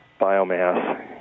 biomass